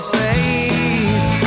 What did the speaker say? face